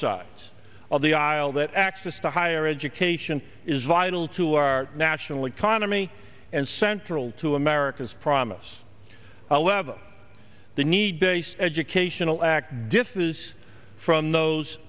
sides of the aisle that access to higher education is vital to our national economy and central to america's promise a level the need based educational act differs from those